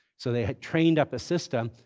so they had trained up a system.